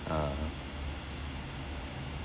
uh